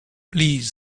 please